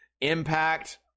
impact